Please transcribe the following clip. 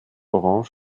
orange